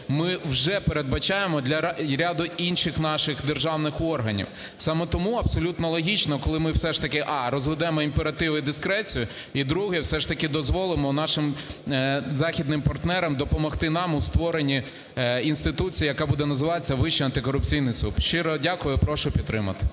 ми вже передбачаємо для ряду інших наших державних органів. Саме тому абсолютно логічно, коли ми все ж таки, а) розведемо імператив і дискрецію; і друге, все ж таки дозволимо нашим західним партнерам допомогти нам у створенні інституції, яка буде називатися Вищий антикорупційний суд. Щиро дякую. І прошу підтримати.